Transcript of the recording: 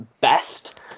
best